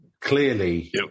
clearly